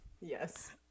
yes